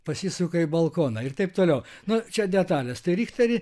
pasisuka į balkoną ir taip toliau nu čia detalės tai richterį